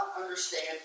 understand